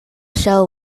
show